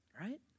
Right